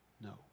No